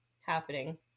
happening